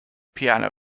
piano